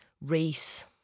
race